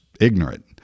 ignorant